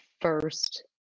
first